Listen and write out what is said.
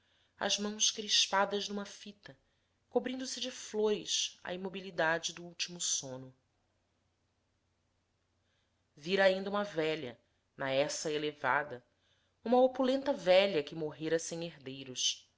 em mãos crispadas numa fita cobrindose de flores a imobilidade do último sono vira ainda uma velha na essa elevada uma opulenta velha que morrera sem herdeiros